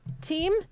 team